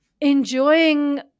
enjoying